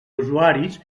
usuaris